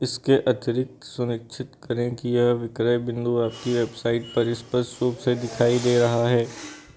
इसके अतिरिक्त सुनिश्चित करें कि यह विक्रय बिंदु आपकी वेबसाइट पर स्पष्ट रूप से दिखाई दे रहा है